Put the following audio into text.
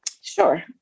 Sure